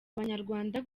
abanyarwanda